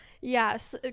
Yes